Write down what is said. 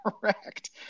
correct